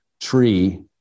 tree